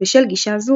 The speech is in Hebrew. בשל גישה זו,